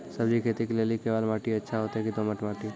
सब्जी खेती के लेली केवाल माटी अच्छा होते की दोमट माटी?